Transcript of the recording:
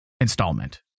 installment